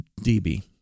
db